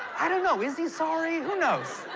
i don't know, is he sorry? who knows.